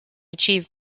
achieve